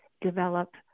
develop